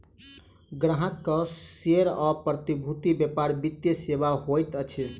ग्राहक के शेयर आ प्रतिभूति व्यापार वित्तीय सेवा होइत अछि